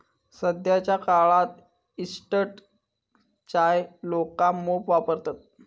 सध्याच्या काळात इंस्टंट चाय लोका मोप वापरतत